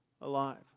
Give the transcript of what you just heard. alive